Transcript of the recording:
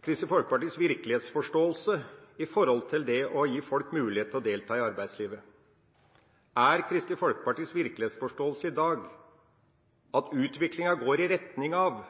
Kristelig Folkepartis virkelighetsforståelse i forhold til det å gi folk mulighet til å delta i arbeidslivet. Er Kristelig Folkepartis virkelighetsforståelse i dag at utviklinga går i retning av